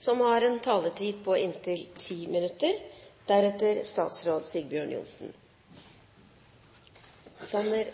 Flere har ikke bedt om ordet til sak nr.